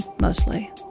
mostly